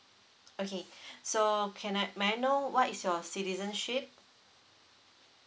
okay so can I may I know what is your citizenship